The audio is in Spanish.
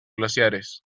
glaciares